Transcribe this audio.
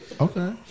Okay